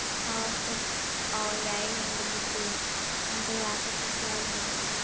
ꯑꯥ ꯑꯣ ꯌꯥꯏꯌꯦ ꯌꯦꯡꯕ ꯆꯠꯁꯦ ꯄꯨꯡ ꯀꯌꯥꯗ ꯆꯠꯁꯤ ꯍꯥꯏꯕꯅꯣ